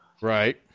Right